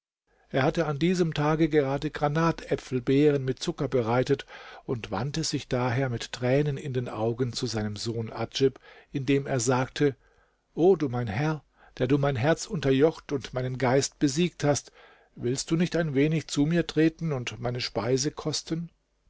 er hatte an diesem tage gerade granatäpfelbeeren mit zucker bereitet und wandte sich daher mit tränen in den augen zu seinem sohne adjib indem er sagte o du mein herr der du mein herz unterjocht und meinen geist besiegt hast willst du nicht ein wenig zu mir treten und meine speise kosten